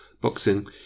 boxing